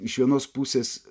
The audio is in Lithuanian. iš vienos pusės